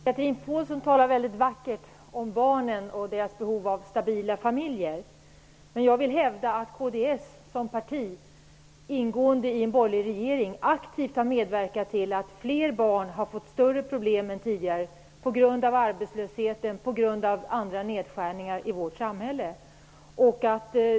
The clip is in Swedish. Herr talman! Chatrine Pålsson talar mycket vackert om barnen och deras behov av stabila familjer. Jag vill hävda att kds som parti, ingående i en borgerlig regering, aktivt har medverkat till att fler barn har fått större problem än tidigare på grund av arbetslösheten och andra nedskärningar i vårt samhälle.